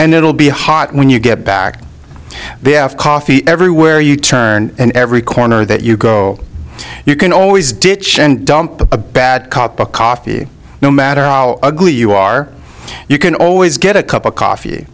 and it'll be hot when you get back they have coffee everywhere you turn and every corner that you go you can always ditch and dump a bad cup of coffee no matter how ugly you are you can always get a cup of coffee